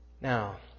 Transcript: Now